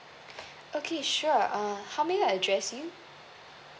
okay sure um how may I address you